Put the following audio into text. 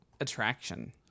attraction